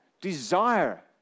desire